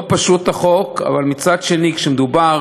לא פשוט, החוק, אבל מצד שני, כשמדובר